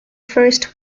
first